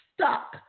stuck